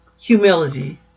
humility